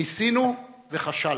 ניסינו וכשלנו.